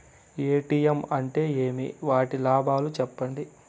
ATM అంటే ఏమి? వాటి లాభాలు సెప్పండి?